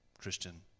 Christian